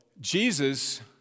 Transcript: Jesus